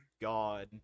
god